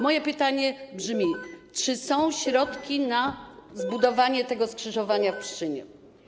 Moje pytanie brzmi: Czy są środki na zbudowanie skrzyżowania w Pszczynie?